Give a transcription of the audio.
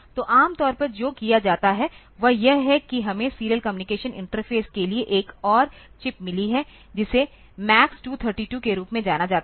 तो आम तौर पर जो किया जाता है वह यह है कि हमें सीरियल कम्युनिकेशन इंटरफ़ेस के लिए एक और चिप मिली है जिसे MAX232 के रूप में जाना जाता है